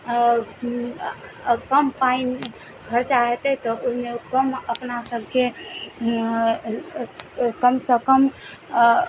कम पानि खर्चा हेतय तऽ ओइमे कम अपना सबके कम सँ कम